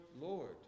Lord